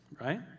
right